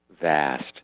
vast